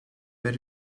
per